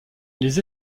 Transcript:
les